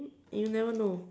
you never know